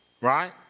Right